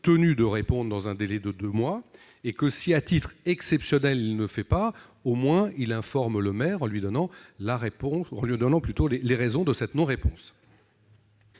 tenu de répondre dans un délai de deux mois. Si, à titre exceptionnel, il ne le fait pas, il en informe le maire en lui donnant les raisons de cette non-réponse.